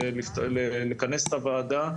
זה לכנס את הוועדה,